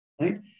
right